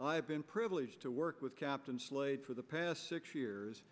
i have been privileged to work with captain slade for the past six years